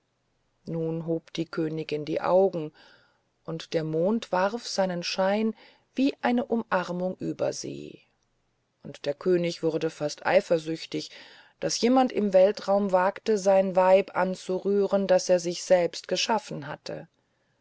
nun hob die königin die augen und der mond warf seinen schein wie eine umarmung über sie und der könig wurde fast eifersüchtig daß jemand im weltraum wagte sein weib anzurühren das er sich selbst geschaffen hatte